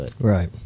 Right